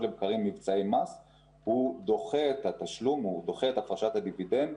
לבקרים מבצעי מס הוא דוחה את הפרשת הדיבידנד